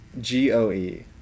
G-O-E